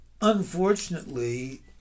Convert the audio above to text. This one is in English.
Unfortunately